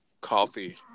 coffee